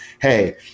Hey